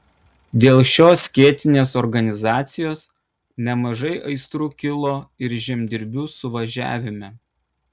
dėl šios skėtinės organizacijos nemažai aistrų kilo ir žemdirbių suvažiavime